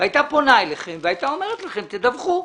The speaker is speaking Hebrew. והייתה פונה אליכם והייתה אומרת לכם שתדווחו,